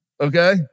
Okay